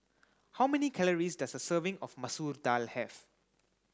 how many calories does a serving of Masoor Dal have